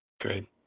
Great